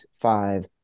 five